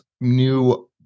new